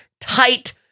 tight